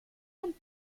und